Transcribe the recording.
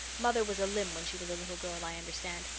mother was a limb when she was a little girl, i understand,